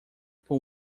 por